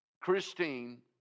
Christine